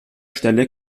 stelle